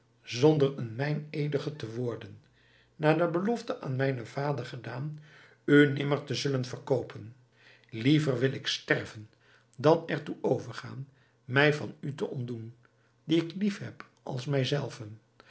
zonder een meineedige te worden na de belofte aan mijnen vader gedaan u nimmer te zullen verkoopen liever wil ik sterven dan er toe overgaan mij van u te ontdoen die ik liefheb als mij